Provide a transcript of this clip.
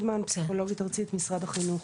פסיכולוגית ארצית במשרד החינוך.